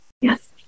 Yes